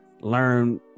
learn